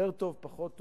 יותר טוב, פחות טוב.